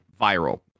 viral